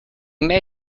may